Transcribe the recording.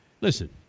listen